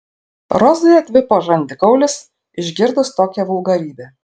rozai atvipo žandikaulis išgirdus tokią vulgarybę